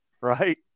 right